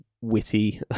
witty